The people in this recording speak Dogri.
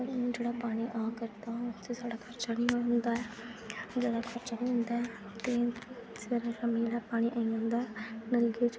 जेह्ड़ा पानी आ करदा उस च साढ़ा खर्चा निं होंदा ऐ जैदा खर्चा निं होदा ऐ इस करियै जेह्ड़ा पानी औंदा ऐ नलके च